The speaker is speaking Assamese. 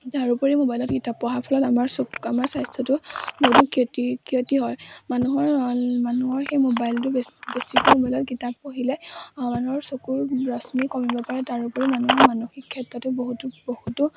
তাৰোপৰি মোবাইলত কিতাপ পঢ়াৰ ফলত আমাৰ চকু আমাৰ স্বাস্থ্যতো বহুতো ক্ষতি ক্ষতি হয় মানুহৰ মানুহৰ সেই মোবাইলটো বেছ বেছিকৈ মোবাইলত কিতাপ পঢ়িলে মানুহৰ চকুৰ ৰশ্মি কমিব পাৰে তাৰোপৰি মানুহৰ মানসিক ক্ষেত্ৰতো বহুতো বহুতো